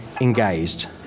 engaged